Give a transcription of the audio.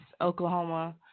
Oklahoma